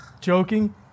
joking